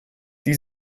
die